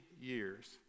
years